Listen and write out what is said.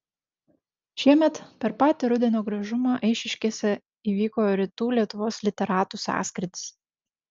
šiemet per patį rudenio gražumą eišiškėse įvyko rytų lietuvos literatų sąskrydis